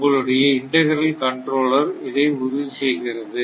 உங்களுடைய integral control இதை உறுதி செய்கிறது